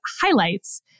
highlights